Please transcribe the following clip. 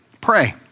pray